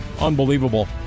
Unbelievable